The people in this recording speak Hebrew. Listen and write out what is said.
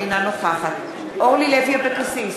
אינה נוכחת אורלי לוי אבקסיס,